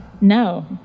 No